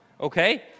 Okay